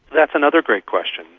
that's another great question.